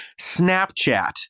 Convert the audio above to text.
Snapchat